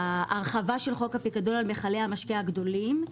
ההרחבה של חוק הפיקדון על מיכלי המשקה הגדולים,